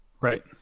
right